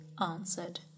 answered